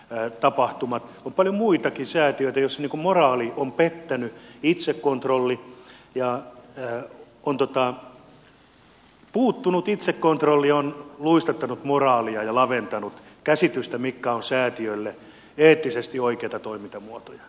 on paljon muitakin säätiöitä joissa itsekontrolli on pettänyt ja puuttunut itsekontrolli on luistattanut moraalia ja laventanut käsitystä siitä mitkä ovat säätiölle eettisesti oikeita toimintamuotoja